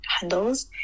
handles